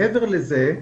מעבר לזה,